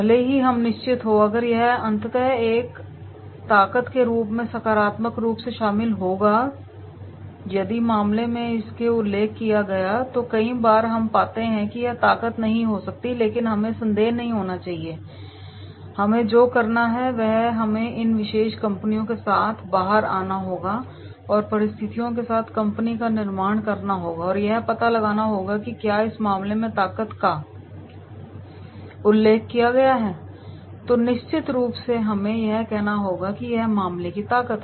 भले ही हम अनिश्चित हों अगर यह अंततः एक ताकत के रूप में सकारात्मक रूप से शामिल होगा यदि मामले ने इसका उल्लेख किया है तो कई बार हम पाते हैं कि यह ताकत नहीं हो सकती है लेकिन हमें संदेह नहीं होना चाहिए और हम जो करने वाले हैं वह है हमें इन विशेष कंपनी के साथ बाहर आना होगा और प्रतिस्पर्धियों के साथ कंपनी का निर्माण करना होगा और यह पता लगाना होगा कि क्या इस मामले में ताकत का उल्लेख किया गया है तो निश्चित रूप से हमें यह कहना होगा कि हां यह मामले की ताकत है